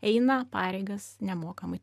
eina pareigas nemokamai